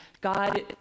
God